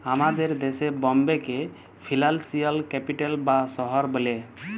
আমাদের দ্যাশে বম্বেকে ফিলালসিয়াল ক্যাপিটাল বা শহর ব্যলে